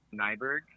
nyberg